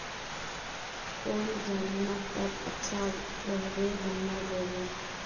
कौन जमीन टत अच्छा रोहबे बंधाकोबी?